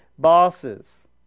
bosses